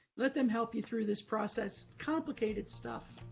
let them help you through this process. complicated stuff.